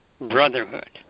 brotherhood